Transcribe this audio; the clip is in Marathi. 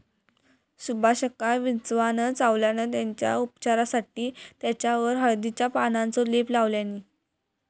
सुभाषका विंचवान चावल्यान तेच्या उपचारासाठी तेच्यावर हळदीच्या पानांचो लेप लावल्यानी